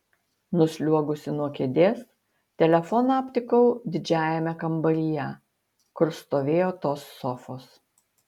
nusliuogusi nuo kėdės telefoną aptikau didžiajame kambaryje kur stovėjo tos sofos